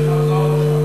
אני מקווה שנחזור לשם.